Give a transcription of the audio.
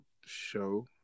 show